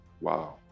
Wow